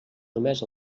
només